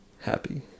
happy